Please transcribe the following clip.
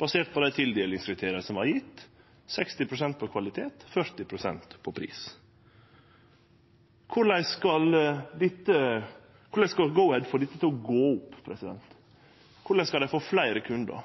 basert på dei tildelingskriteria som var gjevne – 60 pst. på kvalitet, 40 pst. på pris. Korleis skal Go-Ahead få dette til å gå opp? Korleis skal dei få fleire kundar?